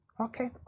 okay